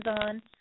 on